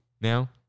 now